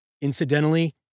Incidentally